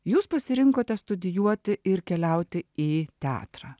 jūs pasirinkote studijuoti ir keliauti į teatrą